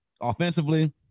Offensively